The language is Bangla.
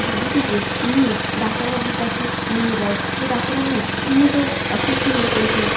রুগীটিকে নিয়ে ডাক্তারবাবুর কাছে নিয়ে যাই যে ডাক্তারবাবু ইঁনি তো অসুস্থ হয়ে পড়েছেন